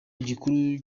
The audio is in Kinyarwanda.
gikuru